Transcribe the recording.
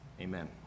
Amen